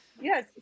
yes